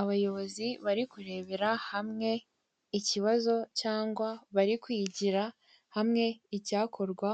abayobozi bari kurebera hamwe ikibazo cyangwa bari kwigira hamwe icyakorwa